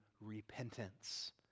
repentance